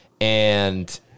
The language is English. and-